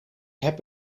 heb